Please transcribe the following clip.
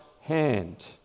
hand